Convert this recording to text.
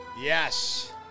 Yes